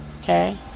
okay